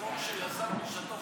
חוק שיזמתי